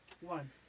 one